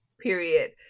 period